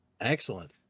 Excellent